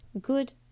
good